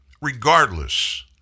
Regardless